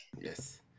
yes